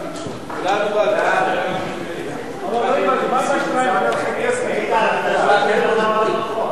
הורים מיועדים והורים במשפחת אומנה),